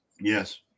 Yes